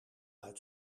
uit